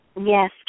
Yes